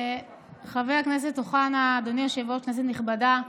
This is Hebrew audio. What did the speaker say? חבר הכנסת אוחנה, אדוני היושב-ראש, כנסת נכבדה,